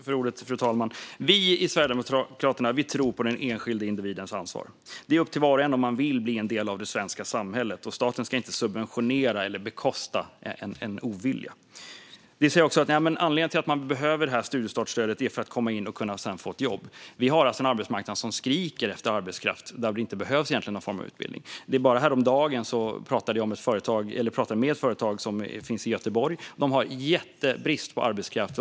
Fru talman! Vi i Sverigedemokraterna tror på den enskilde individens ansvar. Det är upp till var och en om man vill bli en del av det svenska samhället. Staten ska inte subventionera eller bekosta en ovilja. Vi säger också att anledningen till att man behöver studiestartsstödet är att man sedan ska kunna få ett jobb. Men arbetsmarknaden skriker efter arbetskraft som inte behöver någon egentlig utbildning. Bara häromdagen pratade jag med ett företag i Göteborg som har jättestor brist på arbetskraft.